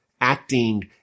acting